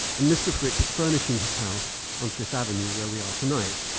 and mr. frick was furnishing his house on fifth avenue, where we are tonight.